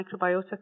microbiota